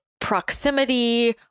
proximity